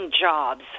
jobs